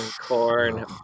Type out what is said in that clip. Corn